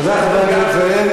תודה, חבר הכנסת זאב.